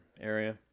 area